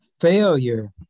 failure